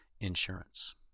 insurance